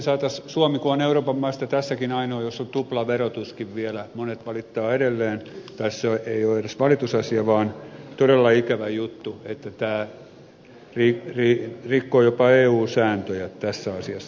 kun suomi euroopan maista tässäkin on ainoa jossa on tuplaverotuskin vielä monet valittavat edelleen tai se ei ole edes valitusasia vaan todella ikävä juttu että tämä rikkoo jopa eu sääntöjä tässä asiassa